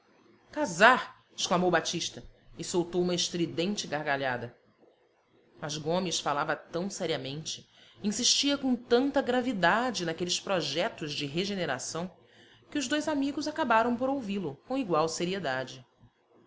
amo casar exclamou batista e soltou uma estridente gargalhada mas gomes falava tão seriamente insistia com tanta gravidade naqueles projetos de regeneração que os dois amigos acabaram por ouvi-lo com igual seriedade